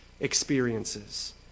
experiences